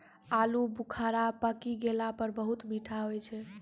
आलू बुखारा पकी गेला पर बहुत मीठा होय छै